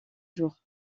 jours